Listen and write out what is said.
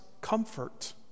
comfort